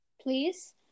Please